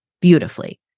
beautifully